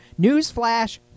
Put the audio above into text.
Newsflash